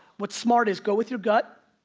what's smart is go with your gut,